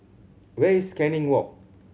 where is Canning Walk